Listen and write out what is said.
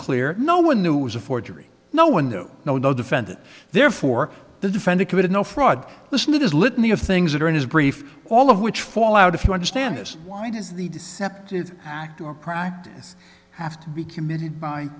clear no one knew was a forgery no one no no no defendant therefore the defendant committed no fraud listen to this litany of things that are in his brief all of which fall out if you understand this why does the deceptive act or practice have to be committed by